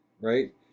right